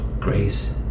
grace